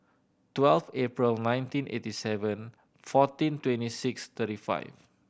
twelve April nineteen eighty seven fourteen twenty six thirty five